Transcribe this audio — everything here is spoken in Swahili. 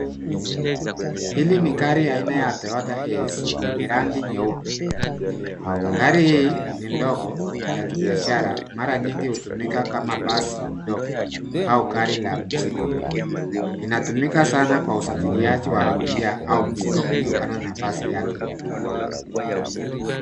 Hili ni gari aina ya Toyota Hiace lenye rangi nyeupe. Gari hii ni ndogo la kibiashara mara nyingi hutumika kama basi ndogo au gari la mizigo. Linatumika sana kwa usafiriaji wa abiria au mizigo kutokana na nafasi yake kubwa.